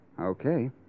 Okay